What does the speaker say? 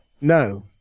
No